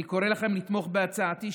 אני קורא לכם לתמוך בהצעתי,